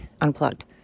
unplugged